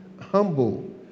humble